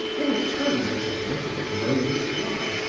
in a tone that admitted of no reply,